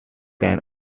can